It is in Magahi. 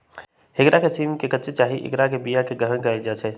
हरियरका सिम के कच्चे चाहे ऐकर बियाके ग्रहण कएल जाइ छइ